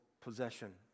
possession